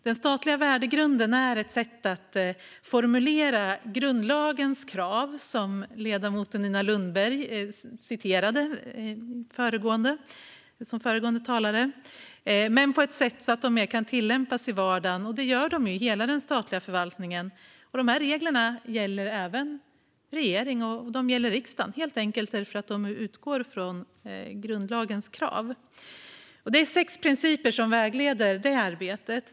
Den statliga värdegrunden är ett sätt att formulera grundlagens krav, som föregående ledamoten Nina Lundström citerade. Värdegrunden är formulerad på ett sätt så att detta kan tillämpas i vardagen i hela den statliga förvaltningen. Dessa regler gäller även regeringen och riksdagen, helt enkelt eftersom de utgår från grundlagens krav. Det är sex principer som vägleder arbetet.